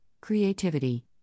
creativity